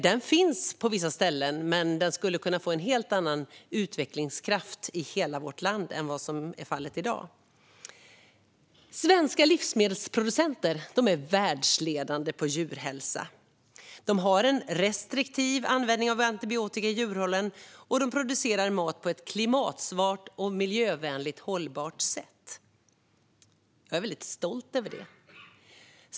Den finns på vissa ställen, men vi skulle kunna få en helt annan utvecklingskraft i hela vårt land än vad som är fallet i dag. Svenska livsmedelsproducenter är världsledande när det gäller djurhälsa. De har en restriktiv användning av antibiotika i djurhållningen, och de producerar mat på ett klimatsmart, miljövänligt och hållbart sätt. Jag är väldigt stolt över det.